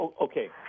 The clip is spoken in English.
Okay